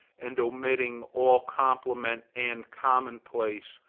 and omitting all compliment and commonplace,